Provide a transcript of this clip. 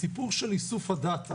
הסיפור של איסוף המידע,